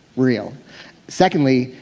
real secondly,